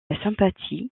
sympathie